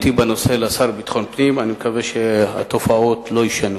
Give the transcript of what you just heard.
רצוני לשאול: 1. האם נכון הדבר?